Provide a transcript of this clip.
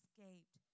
escaped